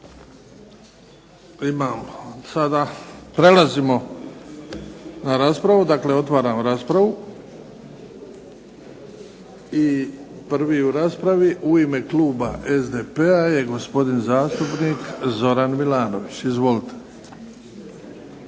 Dobro. Sada prelazimo na raspravu. Dakle, otvaram raspravu. Prvi u raspravi u ime kluba SDP-a je gospodin zastupnika Zoran Milanović. Izvolite.